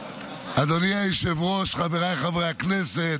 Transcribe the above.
אדוני היושב-ראש, חבריי חברי הכנסת,